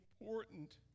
important